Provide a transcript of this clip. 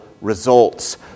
results